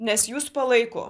nes jus palaiko